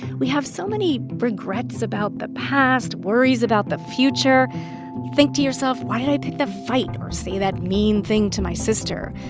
we have so many regrets about the past, worries about the future. you think to yourself, why did i pick that fight or say that mean thing to my sister?